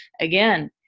again